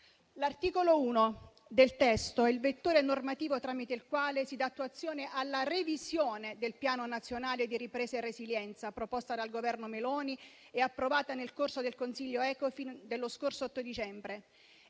L'articolo 1 del testo è il vettore normativo tramite il quale si dà attuazione alla revisione del Piano nazionale di ripresa e resilienza, proposta dal Governo Meloni ed approvata nel corso del Consiglio Ecofin dello scorso 8 dicembre.